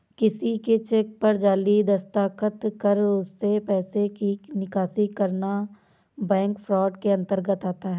किसी के चेक पर जाली दस्तखत कर उससे पैसे की निकासी करना बैंक फ्रॉड के अंतर्गत आता है